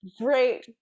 great